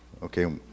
Okay